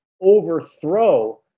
overthrow